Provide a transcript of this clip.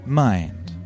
mind